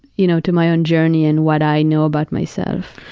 you know, to my own journey and what i know about myself.